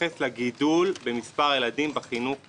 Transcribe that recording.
מתייחס לגידול במספר הילדים בחינוך המיוחד.